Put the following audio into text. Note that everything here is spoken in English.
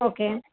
okay